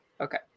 Okay